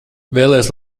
vēlies